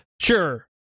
Sure